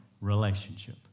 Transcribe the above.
relationship